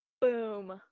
boom